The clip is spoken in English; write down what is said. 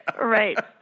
right